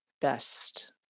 best